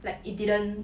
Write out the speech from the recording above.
like it didn't